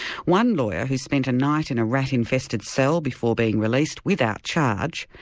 one lawyer who spent a night in a rat-infested cell before being released without charge,